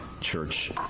church